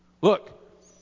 Look